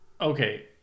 Okay